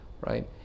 Right